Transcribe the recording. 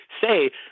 say